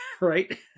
right